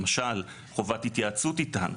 למשל, חובת התייעצות איתנו.